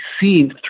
seen